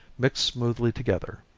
mixed smoothly together.